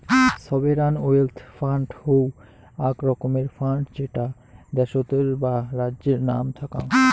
sovereign wealth fund হউ আক রকমের ফান্ড যেটা দ্যাশোতর বা রাজ্যের নাম থ্যাক্যাং